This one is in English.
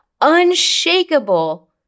Unshakable